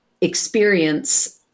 experience